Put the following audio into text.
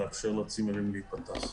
לאפשר לצימרים להיפתח.